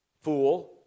fool